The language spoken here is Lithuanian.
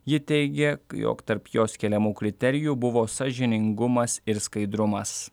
ji teigė jog tarp jos keliamų kriterijų buvo sąžiningumas ir skaidrumas